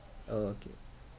orh okay